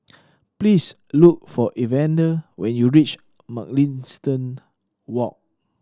please look for Evander when you reach Mugliston Walk